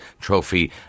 trophy